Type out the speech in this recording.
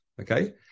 Okay